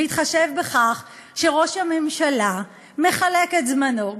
בהתחשב בכך שראש הממשלה מחלק את זמנו,